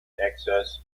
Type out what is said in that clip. excess